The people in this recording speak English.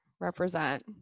represent